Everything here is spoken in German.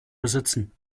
besitzen